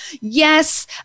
yes